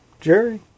Jerry